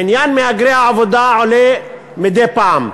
עניין מהגרי העבודה עולה מדי פעם,